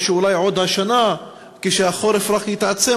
או אולי השנה כשהחורף רק יתעצם,